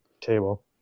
table